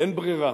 אין ברירה.